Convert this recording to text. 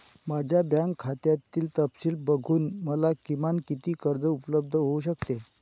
माझ्या बँक खात्यातील तपशील बघून मला किमान किती कर्ज उपलब्ध होऊ शकते?